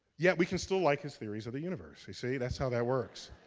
yet we can still like his theories of the universe. you see, that's how that works.